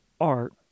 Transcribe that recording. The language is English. art